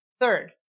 Third